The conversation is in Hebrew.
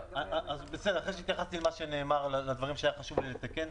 אחרי שהתייחסתי לדברים שהיה חשוב לי לתקן,